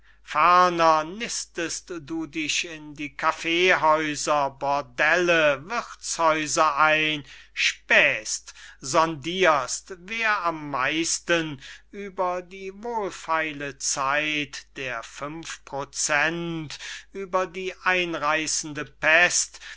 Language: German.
nistest du dich in die kaffeehäuser bordelle wirthshäuser ein spähst sondirst wer am meisten über die wohlfeile zeit die fünf pro cent über die einreissende pest